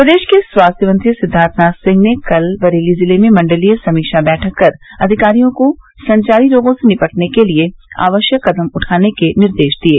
प्रदेश के स्वास्थ्य मंत्री सिद्वार्थ नाथ सिंह ने कल बरेली जिले में मंडलीय समीक्षा बैठक कर अधिकारियों को संचारी रोगों से निपटने के लिये आवश्यक कदम उठाने के निर्देश दिये